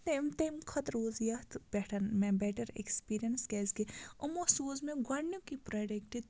تمہِ کھۄتہٕ روٗز یَتھ پٮ۪ٹھ مےٚ بیٚٹَر ایٚکٕسپیٖریَنٕس کیٛازِکہِ یِمو سوٗز مےٚ گۄڈنیُک یہِ پرٛوڈَٮ۪کٹ